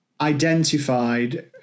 identified